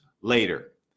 later